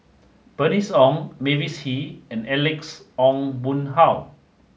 Bernice Ong Mavis Hee and Alex Ong Boon Hau